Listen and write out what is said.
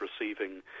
receiving